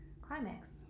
climax